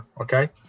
okay